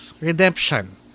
redemption